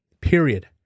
period